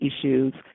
issues